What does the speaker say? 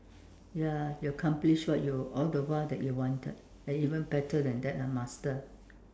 ya you accomplished what you all the while that you wanted and even better than that ah master